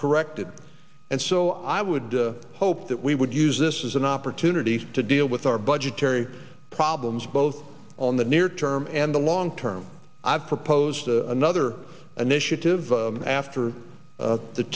corrected and so i would hope that we would use this as an opportunity to deal with our budgetary problems both on the near term and the long term i've proposed another an initiative after the t